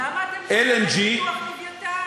אז למה אתם קוראים לפיתוח "לווייתן"?